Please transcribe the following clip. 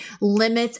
limits